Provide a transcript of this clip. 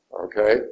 Okay